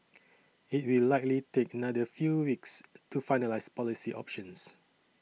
it will likely take another few weeks to finalise policy options